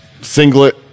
singlet